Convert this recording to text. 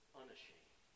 unashamed